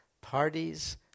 parties